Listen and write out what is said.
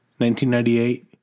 1998